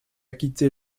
quitter